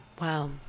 wow